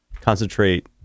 concentrate